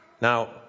now